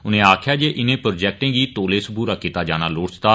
उनें आक्खेया जे इनें प्रौजेक्टें गी तौले सबूरा कीता जाना लोड़चदा